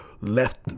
left